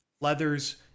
leathers